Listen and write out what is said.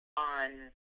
On